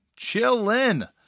Chillin